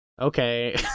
okay